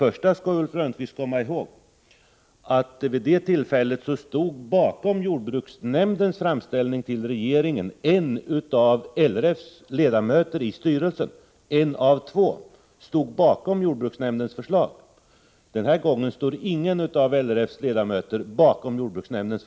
Först och främst skall Ulf Lönnqvist komma ihåg, att vid det förra tillfället stod bakom jordbruksnämndens framställning till regeringen en av LRF:s två ledamöter i styrelsen. Den här gången stod ingen av LRF:s ledamöter bakom förslagen.